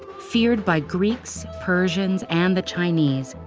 feared by greeks, persians, and the chinese,